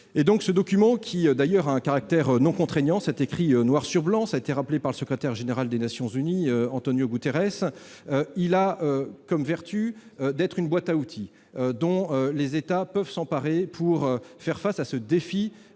Ce document, qui, d'ailleurs, a un caractère non contraignant- c'est écrit noir sur blanc, et cela a été rappelé par le secrétaire général des Nations unies, Antonio Guterres -, a comme vertu d'être une boîte à outils, dont les États peuvent s'emparer pour faire face à ce défi